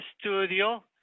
Studio